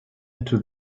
into